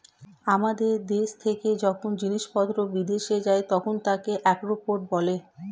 আমাদের দেশ থেকে যখন জিনিসপত্র বিদেশে যায় তখন তাকে এক্সপোর্ট বলে